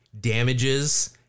Damages